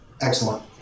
Excellent